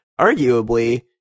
arguably